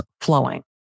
flowing